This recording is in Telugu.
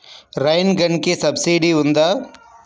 రైన్ గన్కి సబ్సిడీ ఉందా?